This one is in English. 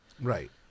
Right